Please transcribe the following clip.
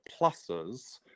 pluses